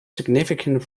significant